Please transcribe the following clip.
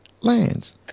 lands